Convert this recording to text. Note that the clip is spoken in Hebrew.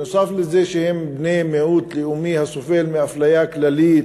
בנוסף לזה שהם בני מיעוט לאומי הסובל מאפליה כללית,